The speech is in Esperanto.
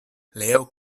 leo